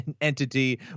entity